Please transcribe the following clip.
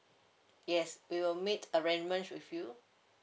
yes we will make arrangement with you